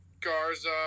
Garza